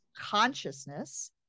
consciousness